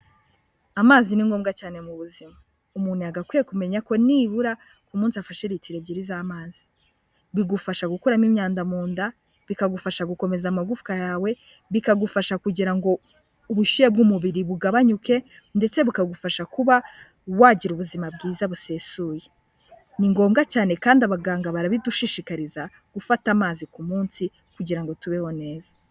Amazi ni ngombwa cyane mu buzima. Umuntu yagakwiye kumenya ko nibura ku munsi afashe litiro ebyiri z'amazi. Bigufasha gukuramo imyanda mu nda, bikagufasha gukomeza amagufwa yawe, bikagufasha kugira ngo ubushyuhe bw'umubiri bugabanyuke, ndetse bukagufasha kuba wagira ubuzima bwiza busesuye. Ni ngombwa cyane kandi abaganga barabidushishikariza gufata amazi ku munsi kugira tubeho neza.